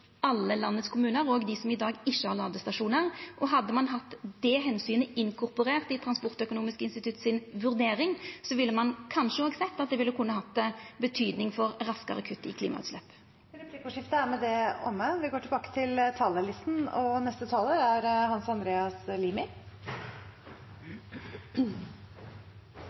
alle kommunane i landet, òg dei som i dag ikkje har ladestasjonar. Hadde ein inkorporert det omsynet i vurderinga frå Transportøkonomisk institutt, ville ein kanskje òg sett at det kunne hatt betyding for raskare kutt i klimautslepp. Replikkordskiftet er med det omme. I dag er vi vitne til